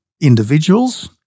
individuals